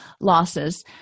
losses